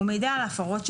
ומידע על הפרות שלהם,